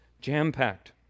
Jam-packed